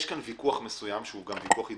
יש פה ויכוח מסוים שהוא גם אידיאולוגי,